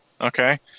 okay